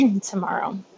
tomorrow